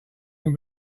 can